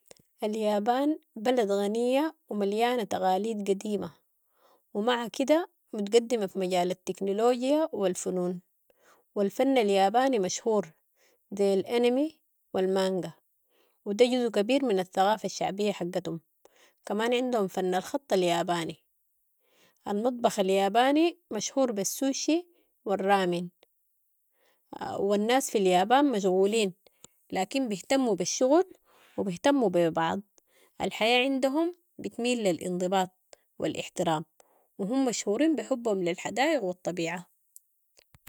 اليابان بلد غنية ومليانة تقاليد قديمة ومع كدة متقدمة في مجال التكنولوجيا والفنون و الفن الياباني مشهور زي الأنمي والمانقا وده جزء كبير من الثقافة الشعبية حقتهم ،كمان عندهم فن الخط الياباني. المطبخ الياباني مشهور بالسوشي والرامين والناس في اليابان مشغولين لكن بهتموا بالشغل وبهتموا ببعض الحياة عندهم بتميل لى الانضباط والاحترام وهم مشهورين بحبهم للحدايق والطبيعة